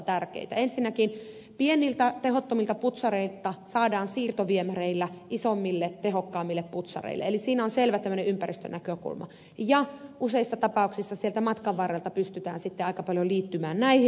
ensinnäkin pieniltä tehottomilta putsareilta saadaan siirtoviemäreillä isommille tehokkaammille putsareille eli siinä on tämmöinen selvä ympäristönäkökulma ja useissa tapauksissa sieltä matkan varrelta pystytään sitten aika paljon liittymään näihin